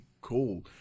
cool